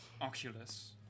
Oculus